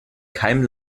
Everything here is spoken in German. keinem